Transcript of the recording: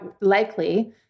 likely